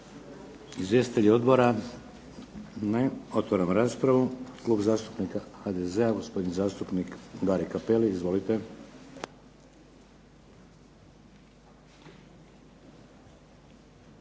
Izvjestitelji odbora? Ne. Otvaram raspravu. Klub zastupnika HDZ-a gospodin zastupnik Gari Cappelli. Izvolite.